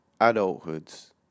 adulthoods